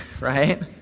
right